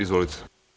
Izvolite.